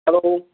hello